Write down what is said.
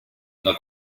una